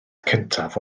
cyntaf